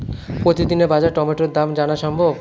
প্রতিদিনের বাজার টমেটোর দাম জানা সম্ভব?